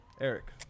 Eric